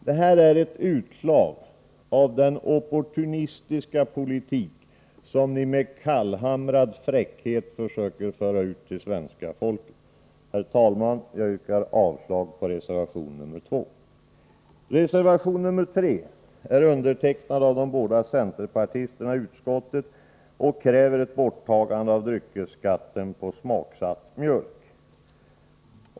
Detta är ett utslag av den opportunistiska politik som ni med kallhamrad fräckhet försöker föra ut till svenska folket. Herr talman! Jag yrkar avslag på reservation 2. Reservation 3 är undertecknad av de både centerpartisterna i utskottet, och där kräver man borttagande av dryckesskatten på smaksatt mjölk.